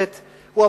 הוא אמר את זה.